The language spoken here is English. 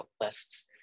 lists